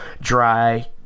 dry